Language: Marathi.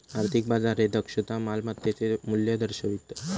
आर्थिक बाजार हे दक्षता मालमत्तेचे मूल्य दर्शवितं